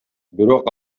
бирок